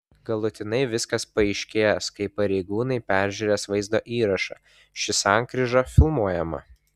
galutinai viskas paaiškės kai pareigūnai peržiūrės vaizdo įrašą ši sankryža filmuojama